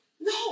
No